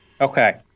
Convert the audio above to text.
Okay